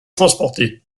transportés